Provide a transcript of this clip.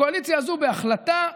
הקואליציה הזאת, בהחלטה,